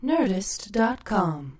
Nerdist.com